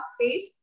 space